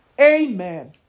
amen